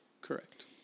correct